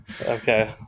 okay